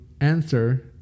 answer